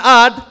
add